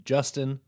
Justin